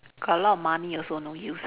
got a lot of money also no use